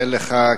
לאחל לך,